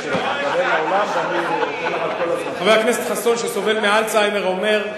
חבר הכנסת חסון, שסובל מאלצהיימר, אומר: